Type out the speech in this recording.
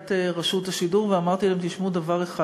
מליאת רשות השידור ואמרתי להם: תשמעו דבר אחד,